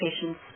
patients